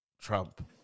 Trump